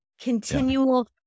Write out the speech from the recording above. continual